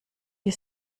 die